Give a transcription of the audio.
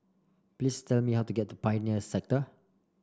please tell me how to get to Pioneer Sector